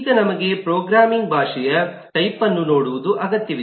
ಈಗ ನಮಗೆ ಪ್ರೋಗ್ರಾಮಿಂಗ್ ಭಾಷೆಯ ಟೈಪ್ಅನ್ನು ನೋಡುವುದು ಅಗತ್ಯವಿದೆ